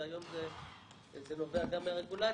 שהיום זה נובע גם מהרגולציה,